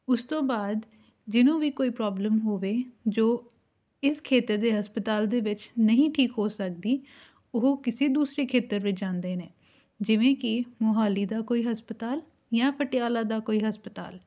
ਉਸ ਤੋਂ ਬਾਅਦ ਜਿਹਨੂੰ ਵੀ ਕੋਈ ਪ੍ਰੋਬਲਮ ਹੋਵੇ ਜੋ ਇਸ ਖੇਤਰ ਦੇ ਹਸਪਤਾਲ ਦੇ ਵਿੱਚ ਨਹੀਂ ਠੀਕ ਹੋ ਸਕਦੀ ਉਹ ਕਿਸੇ ਦੂਸਰੇ ਖੇਤਰ ਵਿੱਚ ਜਾਂਦੇ ਨੇ ਜਿਵੇਂ ਕਿ ਮੋਹਾਲੀ ਦਾ ਕੋਈ ਹਸਪਤਾਲ ਜਾਂ ਪਟਿਆਲਾ ਦਾ ਕੋਈ ਹਸਪਤਾਲ